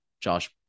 Josh